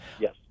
yes